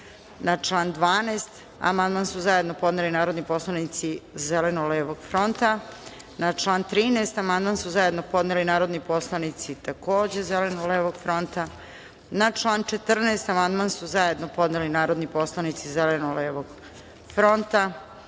član 12. amandman su zajedno podneli narodni poslanici Zeleno-levog fronta. Na član 13. amandman su zajedno podneli narodni poslanici Zeleno-levog fronta. Na član 14. amandman su zajedno podneli narodni poslanici Zeleno-levog fronta. Na